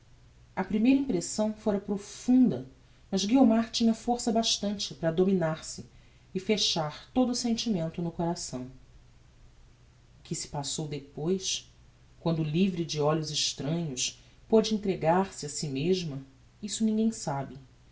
a primeira impressão fora profunda mas guiomar tinha força bastante para dominar se e fechar todo o sentimento no coração o que se passou depois quando livre de olhos estranhos pôde entregar-se a si mesma isso ninguem soube